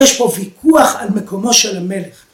‫יש פה ויכוח על מקומו של המלך.